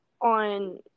on